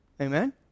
Amen